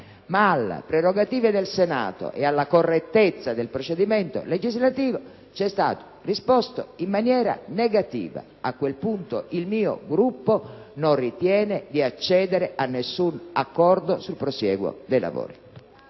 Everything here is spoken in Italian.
ma delle prerogative del Senato e della correttezza del procedimento legislativo, ci è stato risposto in maniera negativa. A questo punto, il mio Gruppo non ritiene di accedere a nessun accordo sul prosieguo dei lavori.